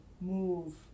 move